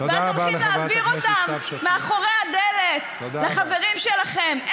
ואז הולכים להעביר אותם מאחורי הדלת לחברים שלכם.